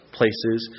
places